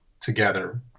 together